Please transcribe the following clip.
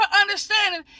understanding